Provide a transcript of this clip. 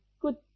good